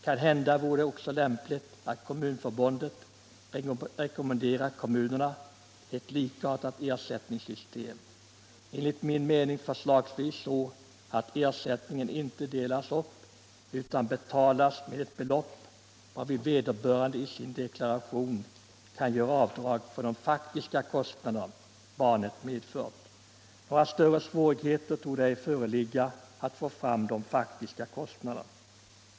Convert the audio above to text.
Kanhända vore det också lämpligt att Kommunförbundet rekommenderade kommunerna ett likartat ersättningssystem, enligt min mening förslagsvis så att ersättningen inte delas upp utan betalas med ett belopp, varvid vederbörande i sin deklaration kan göra avdrag för de faktiska kostnader barnet medfört. Några större svårigheter torde ej föreligga att få fram de faktiska kostnaderna.